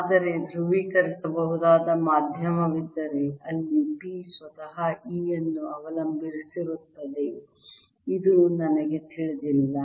ಆದರೆ ಧ್ರುವೀಕರಿಸಬಹುದಾದ ಮಾಧ್ಯಮವಿದ್ದರೆ ಅಲ್ಲಿ P ಸ್ವತಃ E ಅನ್ನು ಅವಲಂಬಿಸಿರುತ್ತದೆ ಇದು ನನಗೆ ತಿಳಿದಿಲ್ಲ